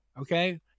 okay